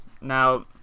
Now